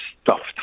stuffed